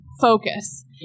focus